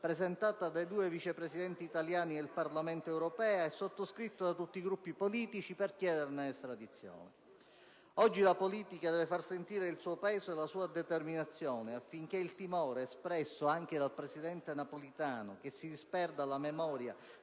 presentata dai due Vice Presidenti italiani del Parlamento europeo e sottoscritta da tutti i Gruppi politici per chiederne l'estradizione. Oggi la politica deve far sentire il suo peso e la sua determinazione affinché il timore, espresso anche dal presidente Napolitano, che si disperda la memoria